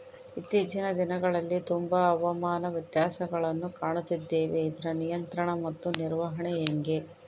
ಇತ್ತೇಚಿನ ದಿನಗಳಲ್ಲಿ ತುಂಬಾ ಹವಾಮಾನ ವ್ಯತ್ಯಾಸಗಳನ್ನು ಕಾಣುತ್ತಿದ್ದೇವೆ ಇದರ ನಿಯಂತ್ರಣ ಮತ್ತು ನಿರ್ವಹಣೆ ಹೆಂಗೆ?